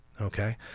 Okay